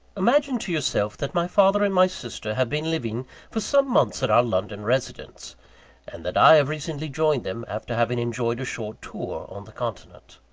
imagine to yourself that my father and my sister have been living for some months at our london residence and that i have recently joined them, after having enjoyed a short tour on the continent.